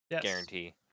guarantee